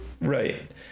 Right